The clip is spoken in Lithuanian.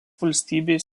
valstybės